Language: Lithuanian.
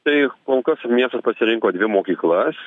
tai kol kas miestas pasirinko dvi mokyklas